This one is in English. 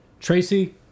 Tracy